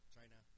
China